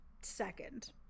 second